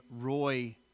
Roy